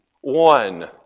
one